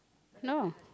no